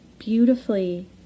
beautifully